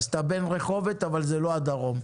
אז אתה בן רחובות אבל לא זה לא הדרום.